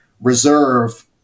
reserve